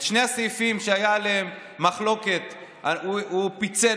את שני הסעיפים שהייתה עליהם מחלוקת הוא פיצל,